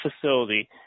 facility